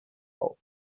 auf